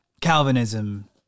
Calvinism